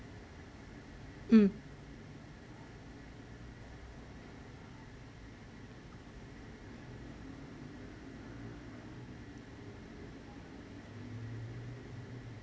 mm